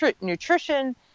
nutrition